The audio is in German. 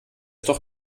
doch